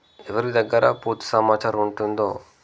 ఎవరి దగ్గర పూర్తి సమాచారం ఉంటుందో